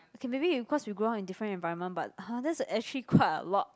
okay maybe because we grow up in different environment but !huh! that's actually quite a lot